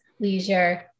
leisure